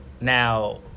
Now